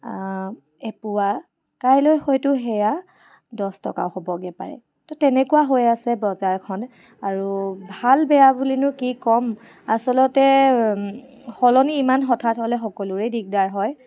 এপোৱা কাইলৈ হয়তো সেয়া দহ টকাও হ'বগে পাৰে ত' তেনেকুৱা হৈ আছে বজাৰখন আৰু ভাল বেয়া বুলিনো কি ক'ম আচলতে সলনি ইমান হঠাৎ হ'লে সকলোৰে দিকদাৰ হয়